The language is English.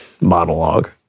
monologue